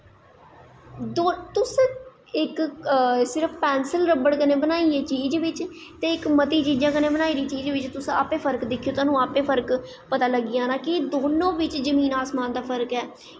तुस pencil rubber कन्नै बनाइयै चीज़ बिच्च ते इक मती चीज़ां बिच्च बनाई दी चीज़ बिच्च तुस आपैं फर्क दिक्खेआ तुहानू आपैं फर्क लग्गी जाना कि दोनों बिच्च जमीन आसमान दा फर्क ऐ